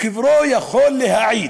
מקברו יכול להעיד